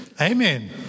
Amen